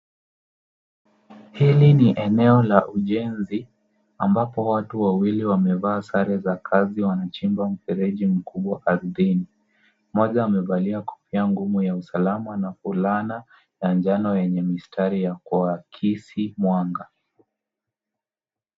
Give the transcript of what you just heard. Hili ni eneo la ujenzi ambapo watu wawili wamevaa sare za kazi wanachimba mfereji mkubwa ardhini. Moja amevalia kofia ngumu ya usalama na fulana ya njano yenye mistari ya kuakisi mwanga.